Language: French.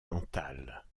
mental